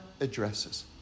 addresses